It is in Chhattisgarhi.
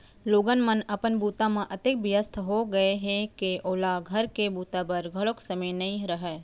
लोगन मन अपन बूता म अतेक बियस्त हो गय हें के ओला घर के बूता बर घलौ समे नइ रहय